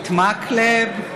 את מקלב,